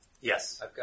Yes